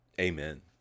Amen